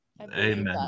Amen